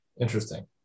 Interesting